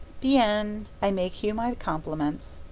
bien! i make you my compliments.